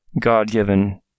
God-given